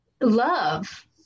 love